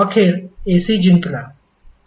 अखेर AC जिंकला का